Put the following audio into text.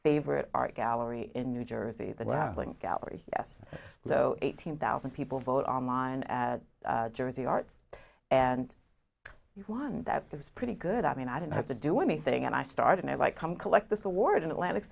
favorite art gallery in new jersey the welling gallery yes so eighteen thousand people vote online at jersey arts and one that does pretty good i mean i didn't have to do anything and i started i like come collect this award in atlantic